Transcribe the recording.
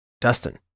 Dustin